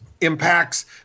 impacts